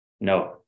No